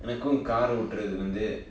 எனக்கும்:enakkum car ஓட்டுரது வந்து:otradhu vanthu